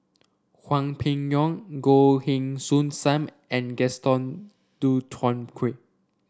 Hwang Peng Yuan Goh Heng Soon Sam and Gaston Dutronquoy